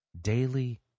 Daily